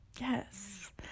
Yes